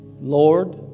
Lord